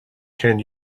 can